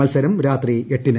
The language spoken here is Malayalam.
മത്സരം രാത്രി എട്ടിന്